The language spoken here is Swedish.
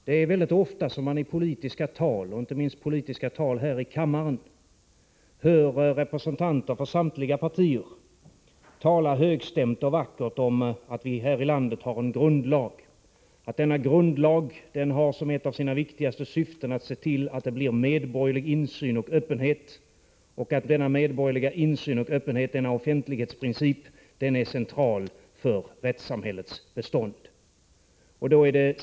Det är ofta som representanter i samtliga partier i politiska tal, inte minst här i kammaren, talar högstämt och vackert om att vi här i landet har en grundlag, att denna grundlag som ett av sina viktigaste syften har att se till att det blir medborgerlig insyn och öppenhet och att denna medborgerliga insyn och öppenhet — denna offentlighetsprincip — är central för rättssamhällets bestånd.